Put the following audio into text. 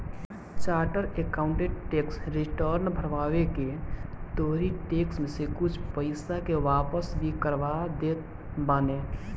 charter accountant tax return भरवा के तोहरी टेक्स में से कुछ पईसा के वापस भी करवा देत बाने